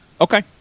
Okay